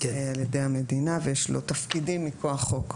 על ידי המדינה ויש לו תפקידים מכוח חוק.